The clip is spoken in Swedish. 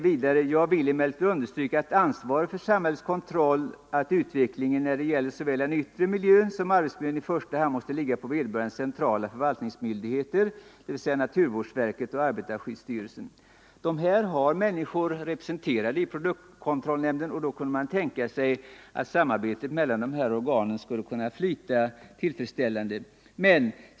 Jag vill emellertid understryka att ansvaret för samhällets kontroll av utvecklingen när det gäller såväl den yttre miljön som arbetsmiljön i första hand måste ligga på vederbörande centrala förvaltningsmyndigheter, dvs. naturvårdsverket och arbetarskyddsstyrelsen.” Dessa myndigheter är representerade i produktkontrollnämnden, och man skulle kunna tänka sig att samarbetet mellan de här organen därför kunde flyta tillfredsställande.